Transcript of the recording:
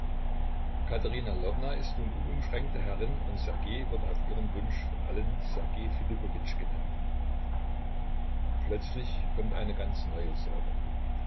katerina lwowna ist nun unumschränkte herrin und ssergej wird auf ihren wunsch von allen ssergej philippowitsch genannt plötzlich kommt eine ganz neue sorge